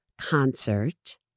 concert